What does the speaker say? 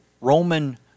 Roman